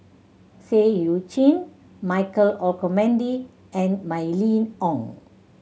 Seah Eu Chin Michael Olcomendy and Mylene Ong